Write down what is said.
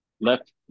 left